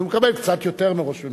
אז הוא מקבל קצת יותר מראש הממשלה.